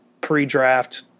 Pre-draft